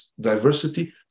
diversity